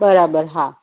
બરાબર હા